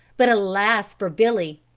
but alas for billy!